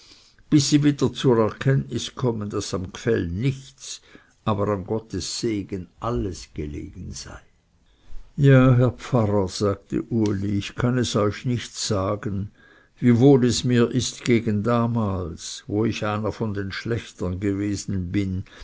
bis sie wieder zur erkenntnis kommen daß am gfell nichts aber an gottes segen alles gelegen sei ja herr pfarrer sagte uli ich kann euch nicht sagen wie wohl es mir ist gegen damals wo ich einer von den schlechtern gewesen bin